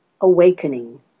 awakening